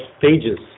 pages